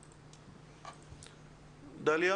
כן.